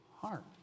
heart